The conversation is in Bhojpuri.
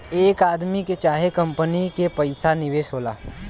एक आदमी के चाहे कंपनी के पइसा निवेश होला